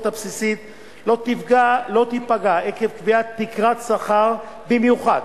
הבסיסית לא ייפגעו עקב קביעת תקרת שכר במיוחד